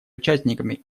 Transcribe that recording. участниками